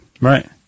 Right